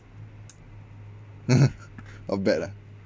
not bad lah